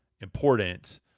important